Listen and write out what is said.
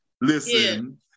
Listen